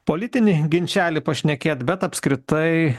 politinį ginčelį pašnekėt bet apskritai